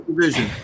division